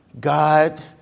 God